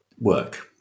work